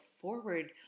forward